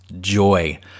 joy